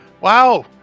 wow